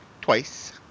twice